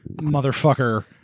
motherfucker